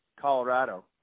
Colorado